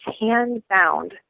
hand-bound